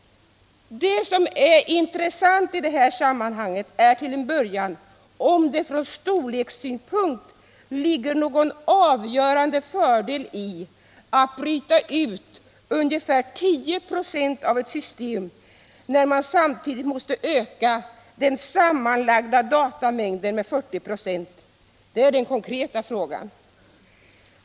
Det som är intressant i det här sammanhanget är till en början om det från storlekssynpunkt ligger någon avgörande fördel i att bryta ut ungefär 10 96 av ett system, när man samtidigt måste öka den sammanlagda datamängden med 40 26. Det är den konkreta frågan.